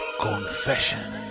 Confession